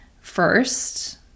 first